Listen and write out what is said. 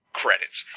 credits